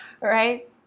right